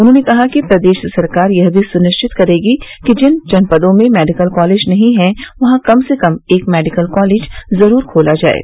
उन्होंने कहा कि प्रदेश सरकार यह भी सुनिश्चित करेगी कि जिन जनपदों में मेडिकल कॉलेज नही हैं वहां कम से कम एक मेडिकल कॉलेज जरूर खोला जायें